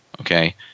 okay